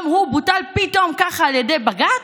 גם הוא בוטל ככה פתאום על ידי בג"ץ.